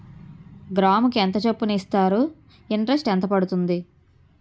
గ్రాముకి ఎంత చప్పున ఇస్తారు? ఇంటరెస్ట్ ఎంత పడుతుంది?